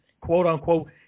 quote-unquote